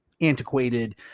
antiquated